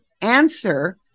answer